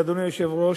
ואדוני היושב-ראש,